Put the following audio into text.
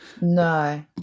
No